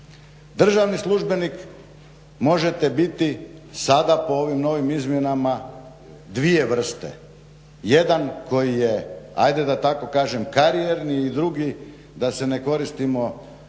Državni službenik možete biti sada po ovim novim izmjenama dvije vrste – jedan koji je hajde da tako kažem karijerni i drugi da se ne koristimo